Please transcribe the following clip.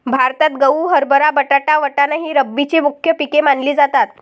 भारतात गहू, हरभरा, बटाटा, वाटाणा ही रब्बीची मुख्य पिके मानली जातात